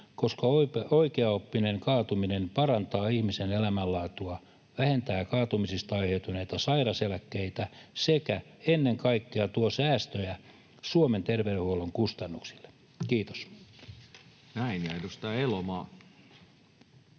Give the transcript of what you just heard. koska oikeaoppinen kaatuminen parantaa ihmisen elämänlaatua, vähentää kaatumisista aiheutuneita sairauseläkkeitä sekä ennen kaikkea tuo säästöjä Suomen terveydenhuollon kustannuksiin. — Kiitos. [Speech 276]